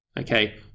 okay